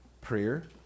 Prayer